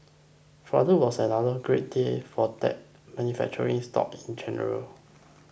Friday was another great day for tech manufacturing stocks in general